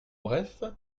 bref